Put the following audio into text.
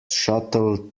shuttle